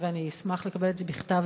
ואני אשמח לקבל את זה בכתב,